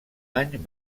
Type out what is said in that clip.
any